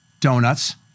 donuts